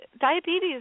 diabetes